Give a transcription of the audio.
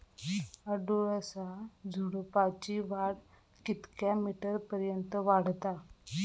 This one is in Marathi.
अडुळसा झुडूपाची वाढ कितक्या मीटर पर्यंत वाढता?